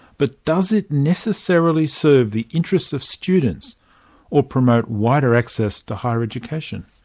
but does it necessarily serve the interests of students or promote wider access to higher education?